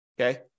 okay